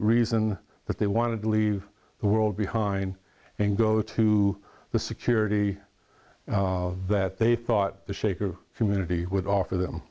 reason that they wanted to leave the world behind and go to the security that they thought the shaker community who would offer them